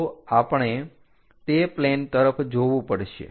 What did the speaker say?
તો આપણે તે પ્લેન તરફ જોવું પડશે